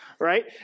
Right